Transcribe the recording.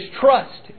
trust